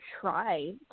try